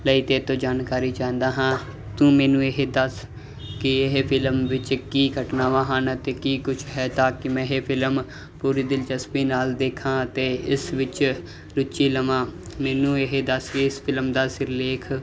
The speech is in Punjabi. ਲਈ ਤੇਤੋਂ ਜਾਣਕਾਰੀ ਚਾਹੁੰਦਾ ਹਾਂ ਤੂੰ ਮੈਨੂੰ ਇਹ ਦੱਸ ਕਿ ਇਹ ਫਿਲਮ ਵਿੱਚ ਕੀ ਘਟਨਾਵਾਂ ਹਨ ਤੇ ਕੀ ਕੁਝ ਹੈ ਤਾਂ ਕੀ ਮੈਂ ਇਹ ਫਿਲਮ ਪੂਰੀ ਦਿਲਚਸਪੀ ਨਾਲ ਦੇਖਾਂ ਅਤੇ ਇਸ ਵਿੱਚ ਰੁਚੀ ਲਵਾਂ ਮੈਨੂੰ ਇਹ ਦੱਸ ਇਸ ਫਿਲਮ ਦਾ ਸਿਰਲੇਖ